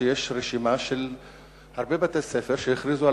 שיש רשימה של הרבה בתי-ספר שהכריזו על